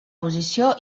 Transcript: posició